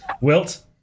Wilt